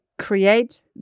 create